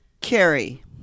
Carrie